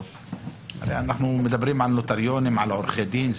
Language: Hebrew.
הרי אנחנו מדברים על נוטריונים, על עורכי דין.